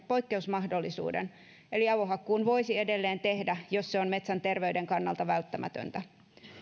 poikkeusmahdollisuuden eli avohakkuun voisi edelleen tehdä jos se on metsän terveyden kannalta välttämätöntä